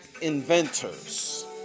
inventors